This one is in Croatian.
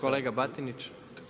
Kolega Batinić.